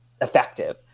effective